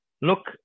look